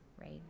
right